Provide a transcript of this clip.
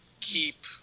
keep